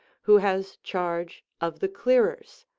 who has charge of the clearers,